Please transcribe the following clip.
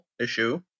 issue